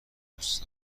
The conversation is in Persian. دوست